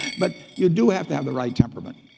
but you do have to have the right temperament.